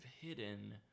hidden